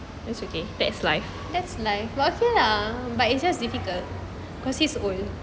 that's okay that's life